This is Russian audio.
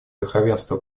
верховенства